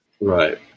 Right